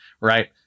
Right